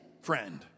friend